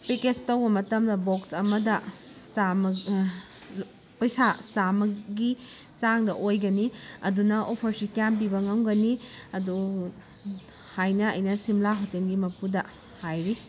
package ꯇꯧꯕ ꯃꯇꯝꯗ box ꯑꯃꯗ ꯆꯥꯝꯃ ꯄꯩꯁꯥ ꯆꯥꯝꯃꯒꯤ ꯆꯥꯡꯗ ꯑꯣꯏꯒꯅꯤ ꯑꯗꯨꯅ ꯑꯣꯐꯔꯁꯤ ꯀꯌꯥꯝ ꯄꯤꯕ ꯉꯝꯒꯅꯤ ꯑꯗꯣ ꯍꯥꯏꯅ ꯑꯩꯅ ꯁꯤꯝꯂꯥ ꯍꯣꯇꯦꯜꯒꯤ ꯃꯄꯨꯗ ꯍꯥꯏꯔꯤ